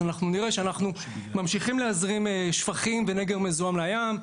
אנחנו ממשיכים להזרים שפכים ונגר מזוהם לים,